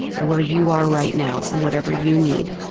where you are right now and whatever you need?